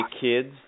kids